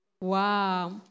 wow